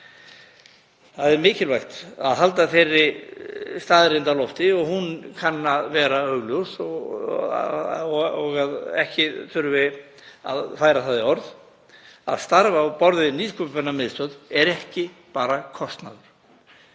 Það er mikilvægt að halda þeirri staðreynd á lofti og hún kann að vera augljós og að ekki þurfi að færa það í orð að starf á borð við Nýsköpunarmiðstöð er ekki bara kostnaður.